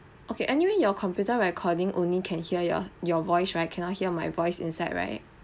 okay anyway your computer recording only can hear your your voice right cannot hear my voice inside right